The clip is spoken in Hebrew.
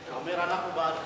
אתה אומר: אנחנו בעדך.